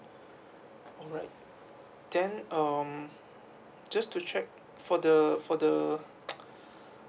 all right then um just to check for the for the